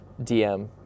DM